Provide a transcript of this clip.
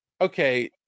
okay